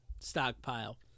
stockpile